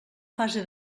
fase